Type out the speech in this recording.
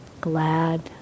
Glad